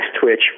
twitch